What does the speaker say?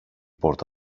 πόρτα